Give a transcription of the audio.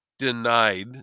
Denied